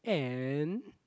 and